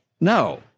no